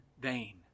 vain